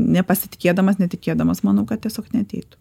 nepasitikėdamas netikėdamas manau kad tiesiog neateitų